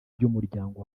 ry’umuryango